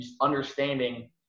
understanding